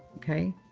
ok.